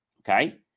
Okay